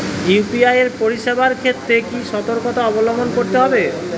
UPI পরিসেবার ক্ষেত্রে কি সতর্কতা অবলম্বন করতে হবে?